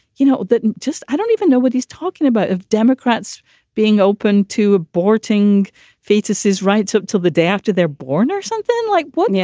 you know, that just i don't even know what he's talking about of democrats being open to aborting fetuses. right. took till the day after they're born or something. like what? yeah.